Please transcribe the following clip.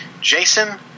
Jason